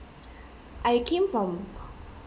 I came from